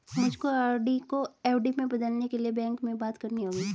मुझको आर.डी को एफ.डी में बदलने के लिए बैंक में बात करनी होगी